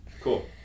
cool